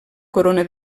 corona